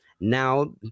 now